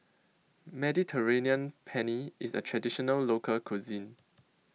Mediterranean Penne IS A Traditional Local Cuisine